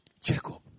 Jacob